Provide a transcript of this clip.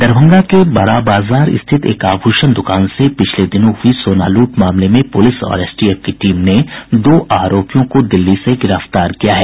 दरभंगा के बड़ा बाजार स्थिति एक आभूषण दुकान से पिछले दिनों हुई सोना लूट मामले में पुलिस और एसटीएफ की टीम ने दो आरोपियों को दिल्ली से गिरफ्तार किया है